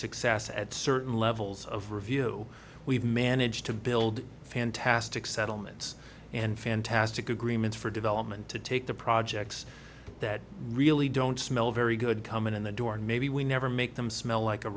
success at certain levels of review we've managed to build fantastic settlements and fantastic agreements for development to take the projects that really don't smell very good coming in the door and maybe we never make them smell like a